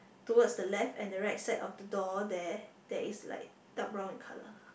towards the left and the right side of the door there there is like dark brown in colour